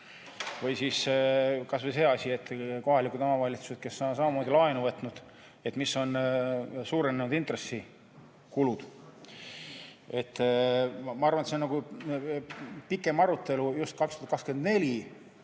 Või siis kas või see asi, et kohalikud omavalitsused, kes on samamoodi laenu võtnud – [kui suured] on suurenenud intressikulud? Ma arvan, et see on nagu pikem arutelu pigem just 2024.